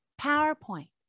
PowerPoint